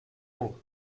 haut